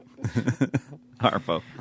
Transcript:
Harpo